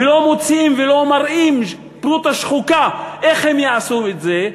ולא מוציאים ולא מראים פרוטה שחוקה איך הם יעשו את זה,